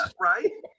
Right